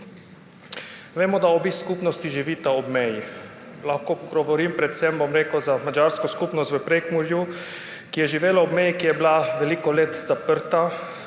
Vemo, da obe skupnosti živita ob meji. Lahko govorim predvsem za madžarsko skupnost v Prekmurju, ki je živela ob meji, ki je bila veliko let zaprta.